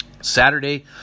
Saturday